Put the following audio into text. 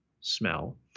smell